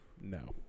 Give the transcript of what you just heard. No